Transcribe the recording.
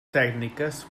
tècniques